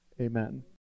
amen